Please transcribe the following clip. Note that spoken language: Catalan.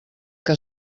que